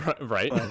right